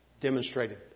demonstrated